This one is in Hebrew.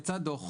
יצא דו"ח